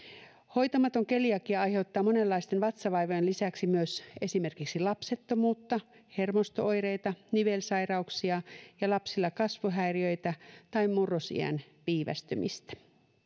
hoitamaton keliakia aiheuttaa monenlaisten vatsavaivojen lisäksi myös esimerkiksi lapsettomuutta hermosto oireita nivelsairauksia ja lapsilla kasvohäiriöitä tai murrosiän viivästymistä